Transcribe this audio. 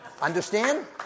Understand